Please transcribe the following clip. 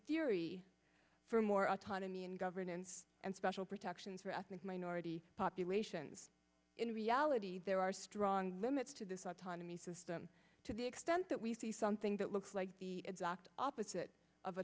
theory for more autonomy and governance and special protections for ethnic minority populations in reality there are strong limits to this autonomy system to the extent that we see something that looks like the exact opposite of